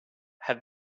have